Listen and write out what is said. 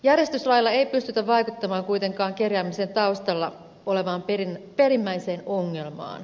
järjestyslailla ei pystytä vaikuttamaan kuitenkaan kerjäämisen taustalla olevaan perimmäiseen ongelmaan